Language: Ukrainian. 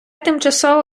тимчасово